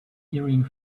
hearing